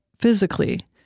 physically